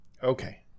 Okay